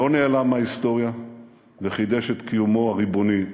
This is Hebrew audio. לא נעלם מההיסטוריה וחידש את קיומו הריבוני.